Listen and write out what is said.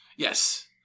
Yes